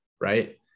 right